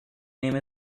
name